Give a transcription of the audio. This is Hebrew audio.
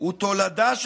ולא נענה,